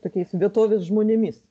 tokiais vietovės žmonėmis